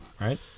right